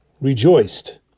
rejoiced